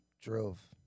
drove